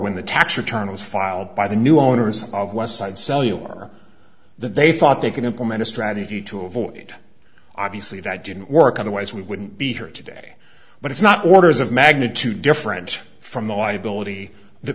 when the tax return was filed by the new owners of westside cellular that they thought they could implement a strategy to avoid obviously that didn't work otherwise we wouldn't be here today but it's not orders of magnitude different from the liability that